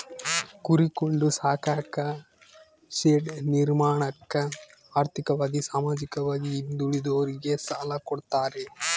ಕುರಿ ಕೊಂಡು ಸಾಕಾಕ ಶೆಡ್ ನಿರ್ಮಾಣಕ ಆರ್ಥಿಕವಾಗಿ ಸಾಮಾಜಿಕವಾಗಿ ಹಿಂದುಳಿದೋರಿಗೆ ಸಾಲ ಕೊಡ್ತಾರೆ